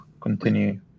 continue